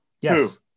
Yes